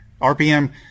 RPM